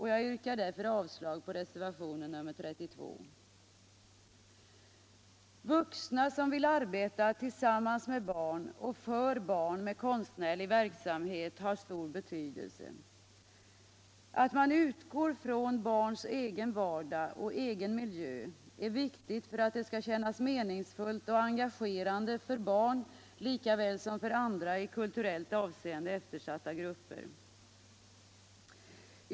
Jag yrkar därför avslag på reservationen 32. Kulturpolitiken Kulturpolitiken Vuxna som vill arbeta tillsammans med barn och för barn med konstnärlig verksamhet utför en uppgift av stor betydelse. At man utgår från barns cgna vardag och egna miljö är viktigt för att det skall kännas meningsfullt och engagerande för barn lika väl som för andra i kulturellt avseende eftersatta grupper.